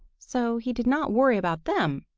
so he did not worry about them.